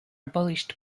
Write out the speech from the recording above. abolished